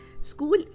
school